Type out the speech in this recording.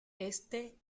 éste